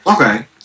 Okay